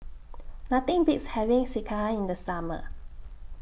Nothing Beats having Sekihan in The Summer